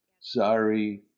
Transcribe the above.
sorry